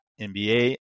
NBA